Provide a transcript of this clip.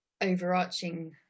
overarching